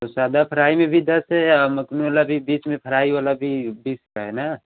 तो सादा फ्राई में भी दस है और मकुनी वाला भी बीच में फ्राई वाला भी बीस का है ना